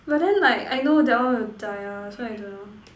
but then like I know that one will die ah so I don't know